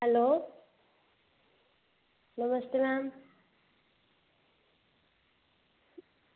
hello नमस्ते ma'am